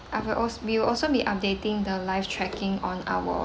I will also we will also be updating the live tracking on our